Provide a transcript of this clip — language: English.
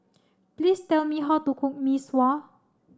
please tell me how to cook Mee Sua